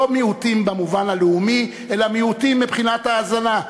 לא מיעוטים במובן הלאומי אלא מיעוטים מבחינת האזנה,